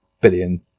billion